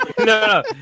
no